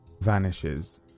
vanishes